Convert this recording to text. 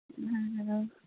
ᱚᱻ